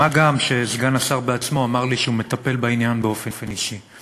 מה גם שסגן השר בעצמו אמר לי שהוא מטפל בעניין באופן אישי.